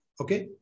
okay